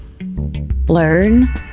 learn